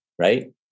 Right